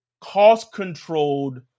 Cost-controlled